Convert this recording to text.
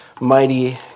Mighty